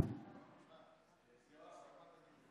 תודה רבה.